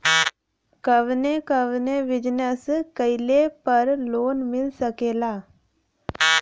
कवने कवने बिजनेस कइले पर लोन मिल सकेला?